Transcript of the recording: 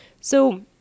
So-